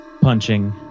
punching